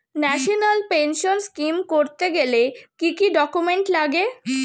National pension scheme করতে গেলে কি কি ডকুমেন্ট লাগে?